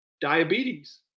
diabetes